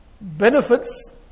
benefits